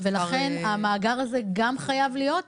לכן המאגר הזה גם חייב להיות.